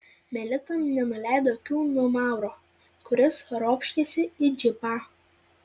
melita nenuleido akių nuo mauro kuris ropštėsi į džipą